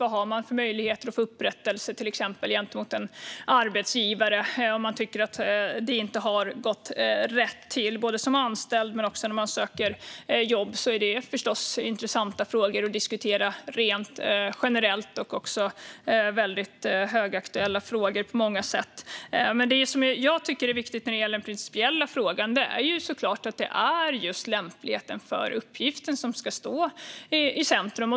Vad har man till exempel för möjligheter att få upprättelse gentemot en arbetsgivare om man tycker att något inte har gått rätt till? Både när det gäller anställda och när människor söker jobb är det intressanta frågor att diskutera rent generellt. Det är också på många sätt högaktuella frågor. Det jag tycker är viktigt när det gäller den principiella frågan är att det såklart är just lämpligheten som ska stå i centrum.